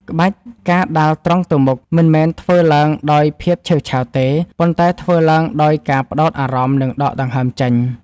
ក្បាច់ ការដាល់ត្រង់ទៅមុខ មិនមែនធ្វើឡើងដោយភាពឆេវឆាវទេ ប៉ុន្តែធ្វើឡើងដោយការផ្ដោតអារម្មណ៍ និងដកដង្ហើមចេញ។